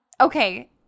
Okay